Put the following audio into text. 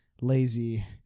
lazy